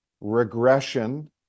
regression